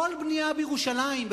כל בנייה בירושלים,